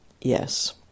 yes